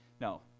No